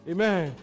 Amen